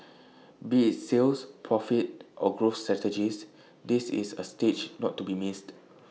be IT sales profit or growth strategies this is A stage not to be missed